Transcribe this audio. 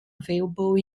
available